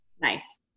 nice